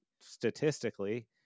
statistically